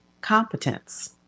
competence